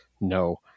No